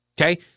Okay